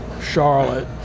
Charlotte